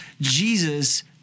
Jesus